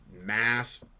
mass